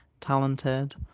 talented